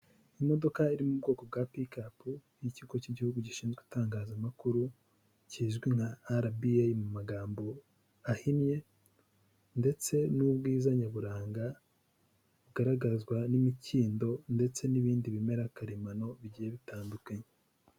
Imodoka iri mu bwoko bwa Pikapu y'ikigo cy'igihugu gishinzwe itangazamakuru, kizwi nka RBA mu magambo ahinnye ndetse n'ubwiza nyaburanga bugaragazwa n'imikindo ndetse n'ibindi bimera karemano bigiye bitandukanye.